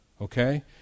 okay